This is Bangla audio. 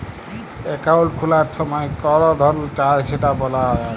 একাউল্ট খুলার ছময় কল ধরল চায় সেট ব্যলা যায়